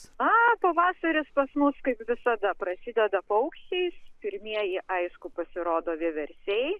a pavasaris pas mus kaip visada prasideda paukščiais pirmieji aišku pasirodo vieversiai